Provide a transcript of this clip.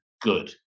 good